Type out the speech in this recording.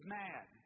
mad